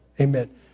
Amen